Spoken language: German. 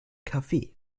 café